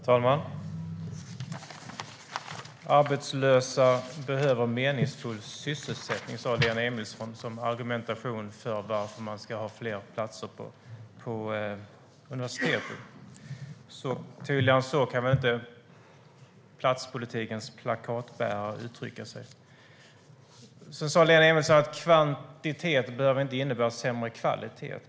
Herr talman! Arbetslösa behöver meningsfull sysselsättning, sa Lena Emilsson som argumentation för varför man ska ha fler platser på universiteten. Tydligare än så kan inte platspolitikens plakatbärare uttrycka sig. Lena Emilsson sa att kvantitet inte behöver innebära sämre kvalitet.